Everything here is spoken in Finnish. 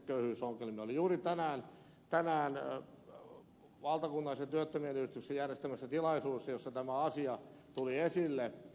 olin juuri tänään valtakunnallisen työttömien yhdistyksen järjestämässä tilaisuudessa jossa tämä asia tuli esille